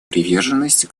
приверженность